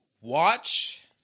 Watch